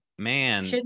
Man